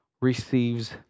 receives